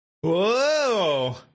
whoa